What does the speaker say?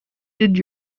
did